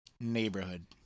neighborhood